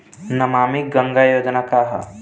नमामि गंगा योजना का ह?